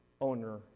owner